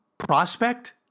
Prospect